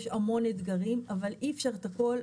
יש המון אתגרים אבל אי אפשר את הכול,